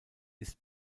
ist